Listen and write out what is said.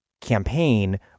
campaign